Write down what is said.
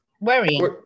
Worrying